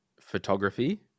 photography